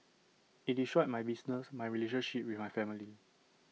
IT destroyed my business my relationship with my family